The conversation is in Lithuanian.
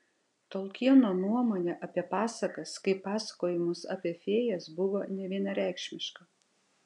tolkieno nuomonė apie pasakas kaip pasakojimus apie fėjas buvo nevienareikšmiška